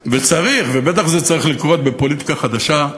וצריך, ובטח זה צריך לקרות בפוליטיקה חדשה,